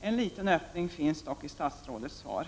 En liten öppning finns dock i statsrådets svar.